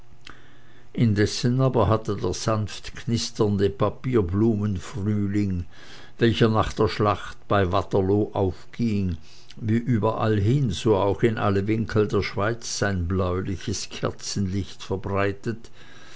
indessen aber hatte der sanftknisternde papierblumenfrühling welcher nach der schlacht bei waterloo aufging wie überallhin so auch in alle winkel der schweiz sein bläuliches kerzenlicht verbreitet